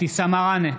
אבתיסאם מראענה,